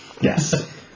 yes